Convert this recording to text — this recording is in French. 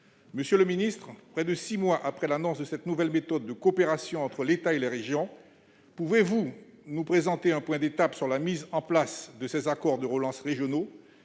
comptes publics, près de six mois après l'annonce de cette nouvelle méthode de coopération entre l'État et les régions, pouvez-vous nous présenter un point d'étape sur la mise en place de ces accords de relance régionaux ?